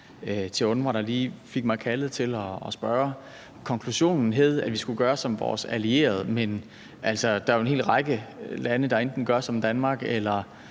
gjorde, at jeg følte mig kaldet til at tage ordet. Konklusionen var, at vi skulle gøre som vores allierede, men der er jo en hel række lande, der enten gør som Danmark eller